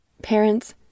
Parents